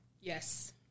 yes